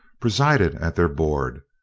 presided at their board,